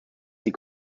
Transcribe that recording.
die